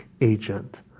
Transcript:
agent